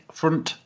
front